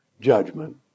judgment